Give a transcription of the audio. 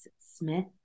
Smith